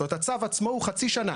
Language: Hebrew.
זאת אומרת, הצו עצמו הוא חצי שנה.